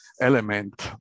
element